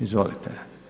Izvolite.